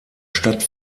stadt